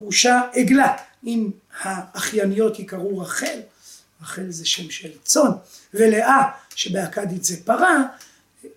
ראושה אגלת אם האחייניות היא קראו רחל, רחל זה שם של רצון ולאה שבאכדית זה פרה